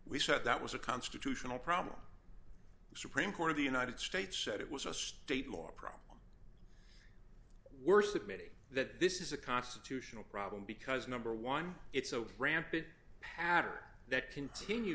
we said that was a constitutional problem the supreme court of the united states said it was a state more problem worse admitting that this is a constitutional problem because number one it's a rampid pattern that continue